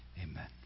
Amen